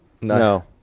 No